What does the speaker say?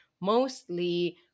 mostly